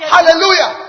Hallelujah